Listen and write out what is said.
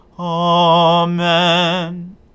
Amen